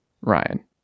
ryan